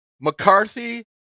McCarthy